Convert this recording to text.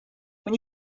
when